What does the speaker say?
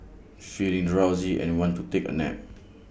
feeling drowsy and want to take A nap